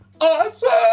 Awesome